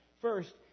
First